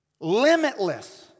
limitless